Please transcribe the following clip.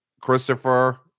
Christopher